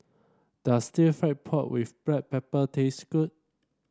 does Stir Fried Pork with Black Pepper taste good